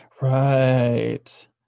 Right